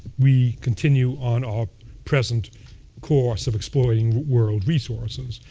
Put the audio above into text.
we continue on our present course of exploiting world resources.